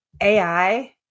AI